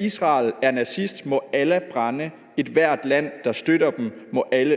Israel er nazist. Må Allah brænde ethvert land, der støtter dem. Må Allah brænde